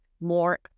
more